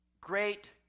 great